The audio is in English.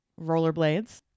Rollerblades